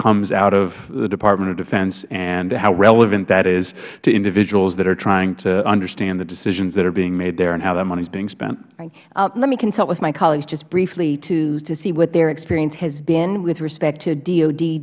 comes out of the department of defense and how relevant that is to individuals that are trying to understand the decisions that are being made there and how that money is being spent ms miller let me consult with my colleagues just briefly to see what their experience has been with respect to d